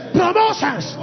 promotions